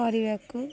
କରିବାକୁ